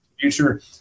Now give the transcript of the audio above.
future